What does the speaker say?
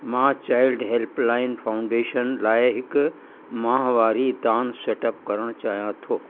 मां child helpline foundation लाइ हिकु माहिवारी दान सेट अप करणु चाहियां थो